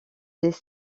des